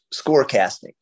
scorecasting